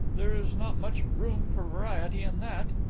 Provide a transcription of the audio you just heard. there is not much room for variety in that.